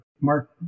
Mark